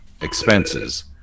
expenses